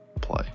Play